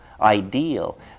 ideal